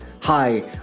Hi